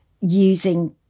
using